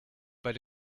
but